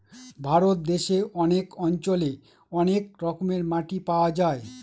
ভারত দেশে অনেক অঞ্চলে অনেক রকমের মাটি পাওয়া যায়